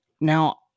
Now